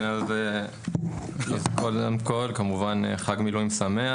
חג מילואים שמח,